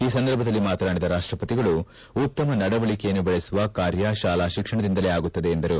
ಈ ಸಂದರ್ಭದಲ್ಲಿ ಮಾತನಾಡಿದ ರಾಷ್ಟಸತಿಗಳು ಉತ್ತಮ ನಡೆವಳಿಕೆಯನ್ನು ಬೆಳೆಸುವ ಕಾರ್ಯ ಶಾಲಾ ಶಿಕ್ಷಣದಿಂದಲೇ ಆಗುತ್ತದೆ ಎಂದರು